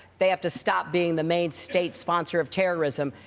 they have to stop being the main state sponsor of terrorism.